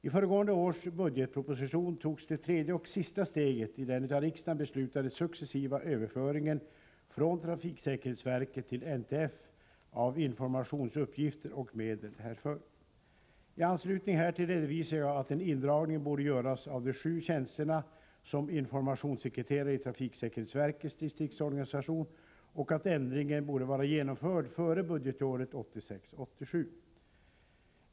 I föregående års budgetproposition togs det tredje och sista steget i den av riksdagen beslutade successiva överföringen från trafiksäkerhetsverket till NTF av informationsuppgifter och medel härför. I anslutning härtill redovisade jag att en indragning borde göras av de sju tjänsterna som informationssekreterare i trafiksäkerhetsverkets distriktsorganisation och att ändringen borde vara genomförd före budgetåret 1986/87.